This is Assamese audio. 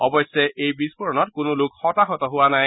অৱশ্যে এই বিস্ফোৰণত কোনো লোক হতাহত হোৱা নাই